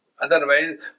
Otherwise